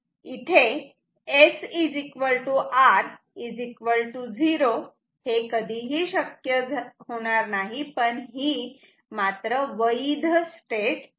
आणि म्हणून S R 0 हेसुद्धा कधीही शक्य होणार नाही पण ही वैध स्टेट आहे